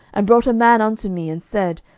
and brought a man unto me, and said,